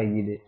ಆಗಿದೆ